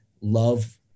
love